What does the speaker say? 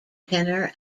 tenor